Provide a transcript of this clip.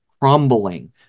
crumbling